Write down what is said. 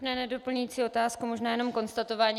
Ne doplňující otázku, možná jen konstatování.